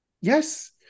Yes